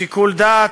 שיקול דעת,